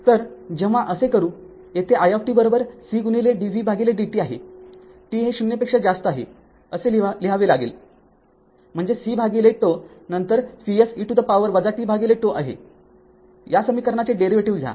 तर जेव्हा असे करू येथे i c dvdt आहे t हे ० पेक्षा जास्त आहे असे लिहावे लागेल म्हणजे c भागिले τ नंतर Vs e to the power tτ आहेया समीकरणाचे डेरीवेटीव्ह घ्या